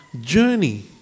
journey